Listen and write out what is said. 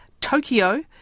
Tokyo